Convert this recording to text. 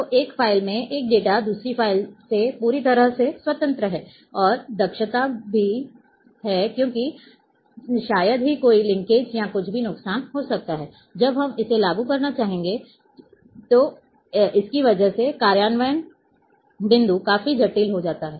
तो एक फ़ाइल में एक डेटा दूसरी फ़ाइल से पूरी तरह से स्वतंत्र है और दक्षता भी है क्योंकि शायद ही कोई लिंकेज या कुछ भी नुकसान हो सकता है जब हम इसे लागू करना चाहते हैं तो इसकी वजह से कार्यान्वयन बिंदु काफी जटिल हो जाता है